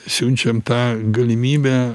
siunčiam tą galimybę